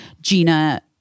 Gina